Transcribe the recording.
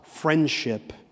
friendship